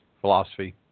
philosophy